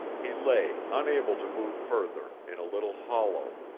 he lay, unable to move further, in a little hollow,